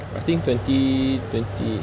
I think twenty twenty